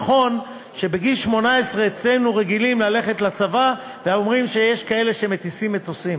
נכון שבגיל 18 אצלנו רגילים ללכת לצבא ואומרים שיש כאלה שמטיסים מטוסים.